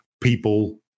people